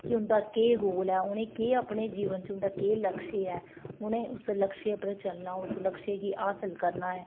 केह् होंदा कि गोल ऐ उ'नें अपनी जीवन च उं'दा केह् लक्ष्य ऐ उ'नें उस लक्ष्य पर चलना ऐ उस लक्ष्य गी हासल करना ऐ